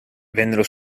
vennero